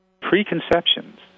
preconceptions